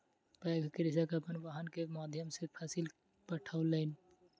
पैघ कृषक अपन वाहन के माध्यम सॅ फसिल पठौलैन